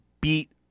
beat